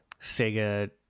Sega